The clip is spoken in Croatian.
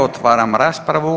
Otvaram raspravu.